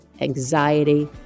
anxiety